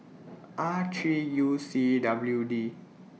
R three U C W D